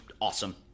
awesome